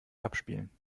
abspielen